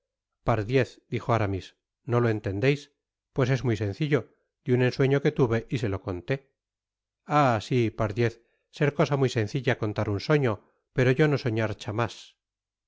suizo pardiezl dijo aramis no lo entendeis pues es muy sencillo de un ensueño que tuve y se lo conté ah i sí pardiez ser cosa muy sencilla contar un soño pero yo no soñar chamas